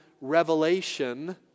revelation